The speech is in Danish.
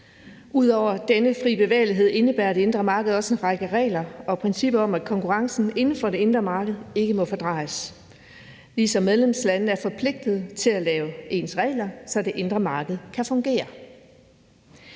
Ud over den fri bevægelighed indebærer det indre marked også en række regler og principper om, at konkurrencen inden for det indre marked ikke må fordrejes, ligesom medlemslandene er forpligtet til at lave ens regler, så det indre marked kan fungere.